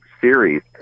series